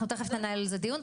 אנחנו תיכף ננהל על זה דיון,